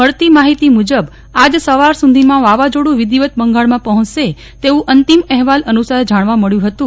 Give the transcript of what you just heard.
મળતી માહિતી મુજબ આજ સવાર સુધીમાં વાવાઝોડું વિઘિવત બંગાળમાં પહોંચશે તેવું અંતિમ અહેવાલ અનુસાર જાણવા મળ્યું હતું